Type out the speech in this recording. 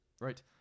Right